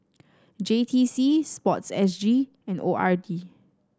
J T C sports S G and O R D